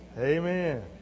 amen